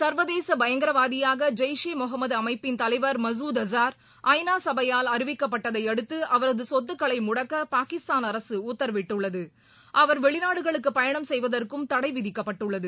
சர்வதேசபயங்கரவாதியாகஜெய்ஷ் ஈ முகமதுஅமைப்பின் தலைவர் மசூத் அஸார் ஐ நா சனபயால் அறிவிக்கப்பட்டதைஅடுத்துஅவரதுசொத்துக்களைமுடக்கபாகிஸ்தான் அரசுஉத்தரவிட்டுள்ளது அவர் வெளிநாடுகளுக்குபயணம் செய்வதற்கும் தடைவிதிக்கப்பட்டுள்ளது